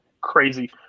crazy